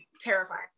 terrifying